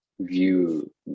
View